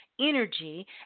energy